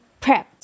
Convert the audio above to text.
prepped